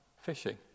fishing